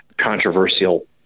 controversial